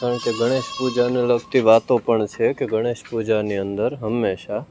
કારણકે ગણેશ પૂજાને લગતી વાતો પણ છે કે ગણેશ પૂજાની અંદર હંમેશા